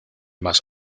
más